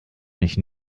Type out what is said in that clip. mich